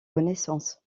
renaissance